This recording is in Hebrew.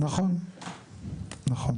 נכון, נכון.